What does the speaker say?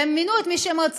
והם מינו את מי שרצו,